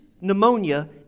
pneumonia